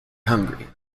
hungry